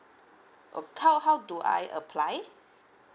oh how how do I apply